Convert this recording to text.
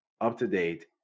up-to-date